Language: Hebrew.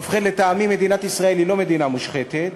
ובכן, לטעמי, מדינת ישראל היא לא מדינה מושחתת.